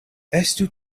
estu